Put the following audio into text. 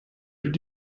did